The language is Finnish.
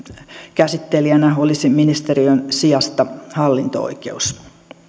käsittelijänä olisi ministeriön sijasta hallinto oikeus